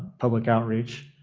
public outreach.